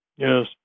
Yes